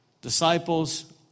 disciples